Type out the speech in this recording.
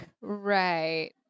Right